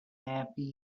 happy